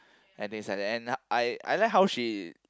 and that is like then I I like how she